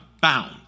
bound